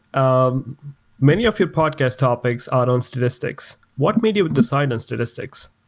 um many of your podcast topics are on statistics. what made you decide in statistics?